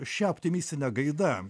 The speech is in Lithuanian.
šia optimistine gaida